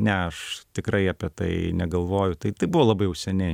ne aš tikrai apie tai negalvoju tai tai buvo labai jau seniai